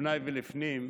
לפני ולפנים,